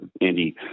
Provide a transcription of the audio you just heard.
Andy